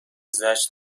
زجر